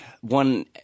one